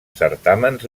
certàmens